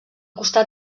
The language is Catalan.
costat